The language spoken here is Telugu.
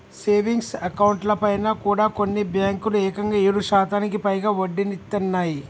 సేవింగ్స్ అకౌంట్లపైన కూడా కొన్ని బ్యేంకులు ఏకంగా ఏడు శాతానికి పైగా వడ్డీనిత్తన్నయ్